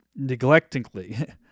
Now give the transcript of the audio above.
neglectingly